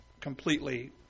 completely